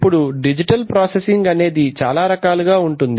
ఇప్పుడు digital processing అనేది చాలా రకాలుగా ఉంటుంది